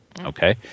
Okay